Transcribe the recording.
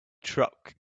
truck